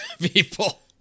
people